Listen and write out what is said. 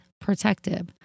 protective